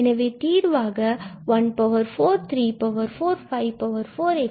எனவே தீர்வாக நம்மிடம் 14 34 54